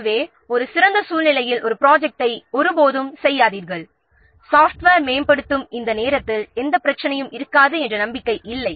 எனவே ஒரு சிறந்த சூழ்நிலையில் ப்ரொஜெக்ட்டை ஒருபோதும் செய்யாதீர்கள் சாஃப்ட்வேர் மேம்படுத்தும் இந்த நேரத்தில் எந்த பிரச்சனையும் இருக்காது என்ற நம்பிக்கை இல்லை